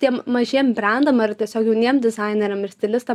tiem mažiem brendam ar tiesiog jauniem dizaineriam ir stilistam